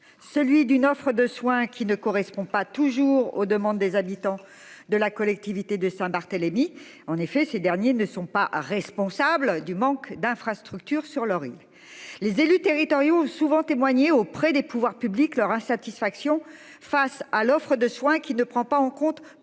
celui d'une offre de soins qui ne correspond pas toujours aux demandes des habitants de la collectivité de Saint-Barthélemy. En effet, ces derniers ne sont pas responsables du manque d'infrastructures sur le ring les élus territoriaux ont souvent témoigné auprès des pouvoirs publics leur insatisfaction. Face à l'offre de soins qui ne prend pas en compte toutes